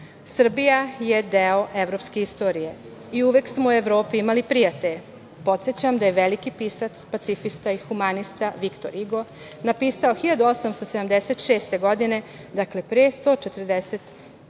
piću. Srbija je deo evropske istorije i uvek smo u Evropi imali prijatelje. Podsećam da je veliki pisac, pacifista i humanista, Viktor Igo, napisao 1876. godine, dakle, pre 145